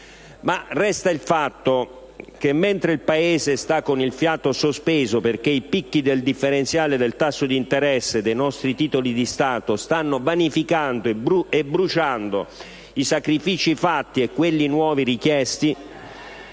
Ma resta il fatto che mentre il Paese sta con il fiato sospeso perché i picchi del differenziale del tasso di interesse dei nostri titoli di Stato stanno vanificando e bruciando i sacrifici fatti e quelli nuovi richiesti,